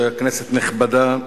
כנסת נכבדה,